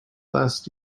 last